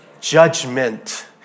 judgment